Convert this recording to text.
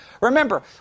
Remember